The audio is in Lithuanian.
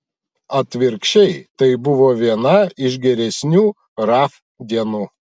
atvirkščiai tai buvo viena iš geresnių raf dienų